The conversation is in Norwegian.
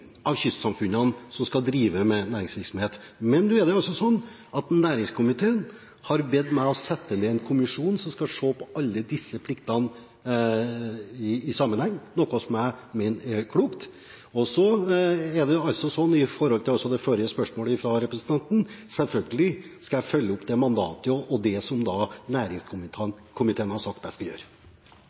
av kystsamfunnene som skal drive med næringsvirksomhet. Men nå har næringskomiteen bedt meg om å sette ned en kommisjon som skal se på alle disse pliktene i sammenheng – noe som jeg mener er klokt. Når det gjelder det forrige spørsmålet fra representanten Heggø, skal jeg selvfølgelig følge opp det mandatet og det som næringskomiteen har sagt at jeg skal gjøre.